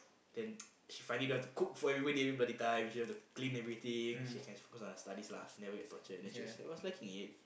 then she finally don't have to cook for everybody every bloody time she don't have to clean everything she can focus on her studies lah never get tortured and then she was liking it